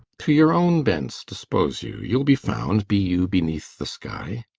to your own bents dispose you you'll be found, be you beneath the sky.